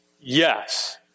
Yes